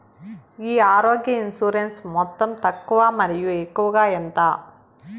ఈ ఆరోగ్య ఇన్సూరెన్సు మొత్తం తక్కువ మరియు ఎక్కువగా ఎంత?